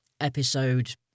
episode